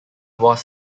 was